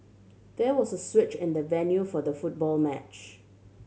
there was a switch in the venue for the football match